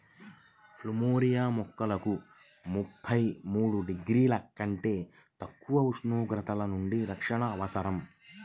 plumeria మొక్కలకు ముప్పై మూడు డిగ్రీల కంటే తక్కువ ఉష్ణోగ్రతల నుండి రక్షణ అవసరం